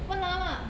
!alamak!